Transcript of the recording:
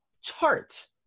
chart